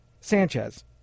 Sanchez